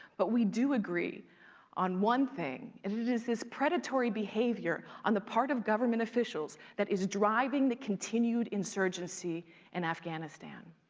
but we do agree on one thing, and it is this predatory behavior on the part of government officials that is driving the continued insurgency in afghanistan.